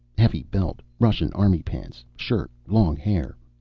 heavy belt, russian army pants, shirt, long hair.